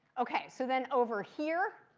ok, so then over here,